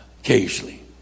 Occasionally